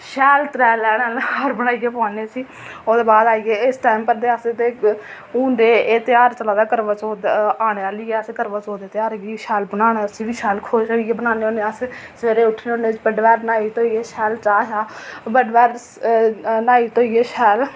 शैल त्रै लैना आह्ला हार बनाइयै पोआन्ने उस्सी ओह्दे बाद आइयै इस टैम पर ते अस ते हून ते एह् तेहार चलै दा करवाचौथ औने आह्ली ऐ अस करवाचौथ तेहार गी शैल बनाना उस्सी बी शैल खुह्ल्ली डुल्लियै बनान्ने होन्ने अस सवेरे उट्ठने होन्ने बड्डे पैह्र न्हाई धोइयै शैल चाह् शाह् बड्डे पैह्र न्हाई धोइयै शैल